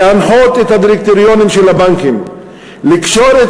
להנחות את הדירקטוריונים של הבנקים לקשור את